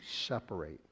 separate